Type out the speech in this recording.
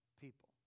people